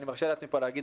אני מרשה פה לעצמי להגיד,